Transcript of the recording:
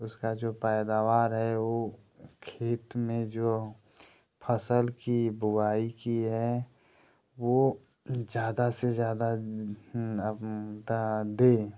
उसका जो पैदावार है वो खेत में जो फसल की बुआई की है वो ज़्यादा से ज़्यादा अब दा दे